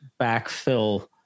backfill